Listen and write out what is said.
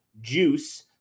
JUICE